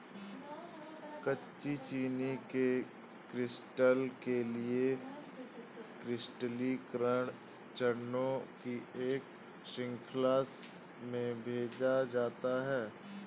कच्ची चीनी के क्रिस्टल के लिए क्रिस्टलीकरण चरणों की एक श्रृंखला में भेजा जाता है